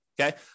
Okay